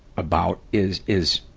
about is, is,